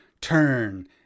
turn